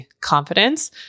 Confidence